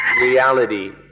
reality